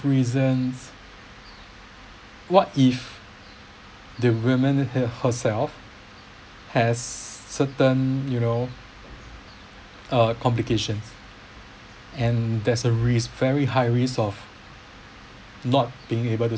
reasons what if the women her herself has certain you know uh complications and there's a risk very high risk of not being able to